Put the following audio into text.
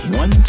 one